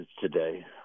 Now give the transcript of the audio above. today